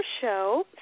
show